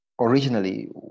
originally